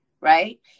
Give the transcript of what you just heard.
right